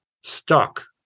stuck